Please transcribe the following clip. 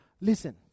listen